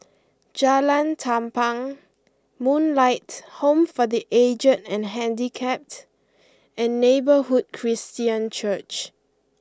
Jalan Tampang Moonlight Home for the Aged and Handicapped and Neighbourhood Christian Church